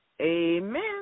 Amen